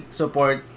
support